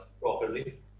properly